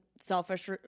selfish